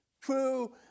true